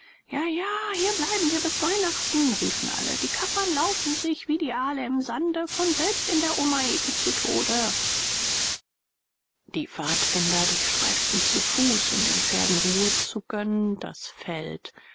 heiraten jaja hier bleiben wir bis weihnachten riefen alle die kaffern laufen sich wie die aale im sande von selbst in der omaheke zu tode die pfadfinder durchstreiften zu fuß um den pferden ruhe zu gönnen das veld